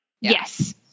yes